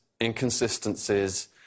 inconsistencies